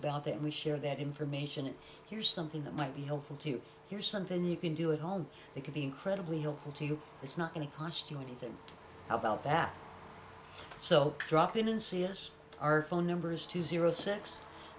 about that we share that information here's something that might be helpful to hear something you can do at home they can be incredibly helpful to you it's not going to cost you anything how about that so drop in and see us our phone numbers to zero six